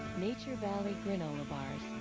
nature valley granola bars.